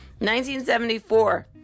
1974